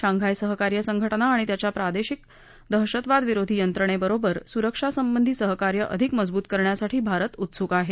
Shanghai सहकार्य संघटना आणि त्याच्या प्रादथ्रिक दहशतवाद विरोधी यंत्रणव्वसीबर सुरक्षा संबधी सहकार्य अधिक मजबुत करण्यासाठी भारत उत्सुक आह